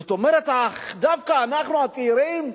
זאת אומרת, דווקא אנחנו הצעירים,